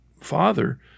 Father